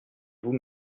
vous